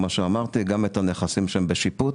כמו שאמרתי: גם את הנכסים שהם בשיפוץ,